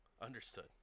Understood